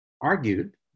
argued